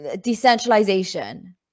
decentralization